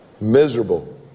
Miserable